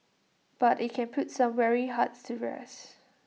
but IT can put some weary hearts to rest